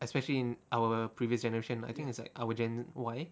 especially in our previous generation I think it's like our gen Y